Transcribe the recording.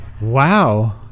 Wow